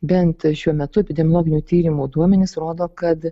bent šiuo metu epidemiologinių tyrimų duomenys rodo kad